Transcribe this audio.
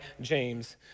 James